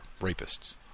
rapists